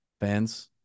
fans